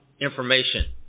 information